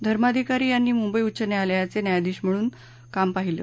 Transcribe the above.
धर्माधिकारी यांनी मुंबई उच्च न्यायालयाचे न्यायाधीश म्हणूनही काम पाहिलं